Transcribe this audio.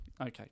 Okay